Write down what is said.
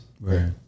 right